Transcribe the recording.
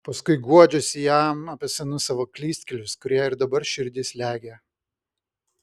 paskui guodžiuosi jam apie senus savo klystkelius kurie ir dabar širdį slegia